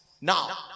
Now